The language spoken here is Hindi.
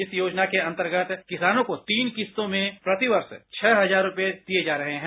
इस योजना के अंतर्गत किसानों को तीन किस्तों में प्रतिवर्ष छह हजार रूपये दिये जा रहे हैं